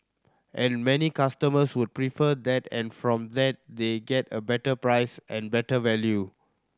and many customers would prefer that and from that they get a better price and better value